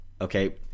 Okay